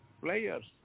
players